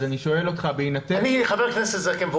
אני חבר כנסת זקן,